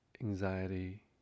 anxiety